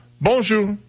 Bonjour